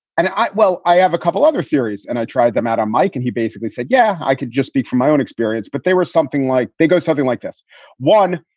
and i well, i have a couple other theories, and i tried them out on mike and he basically said, yeah, i could just be from my own experience, but they were something like they go something like this one.